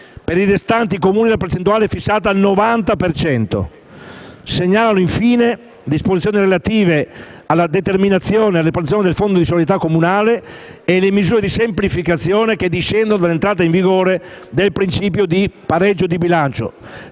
Per i restanti Comuni, la percentuale è fissata al 90 per cento. Si segnalano, infine, le disposizioni relative alla determinazione e ripartizione del Fondo di solidarietà comunale e le assai significative misure di semplificazione che discendono dall'entrata in vigore del principio del pareggio di bilancio.